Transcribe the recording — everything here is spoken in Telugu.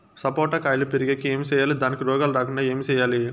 సపోట కాయలు పెరిగేకి ఏమి సేయాలి దానికి రోగాలు రాకుండా ఏమి సేయాలి?